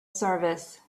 service